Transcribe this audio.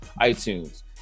iTunes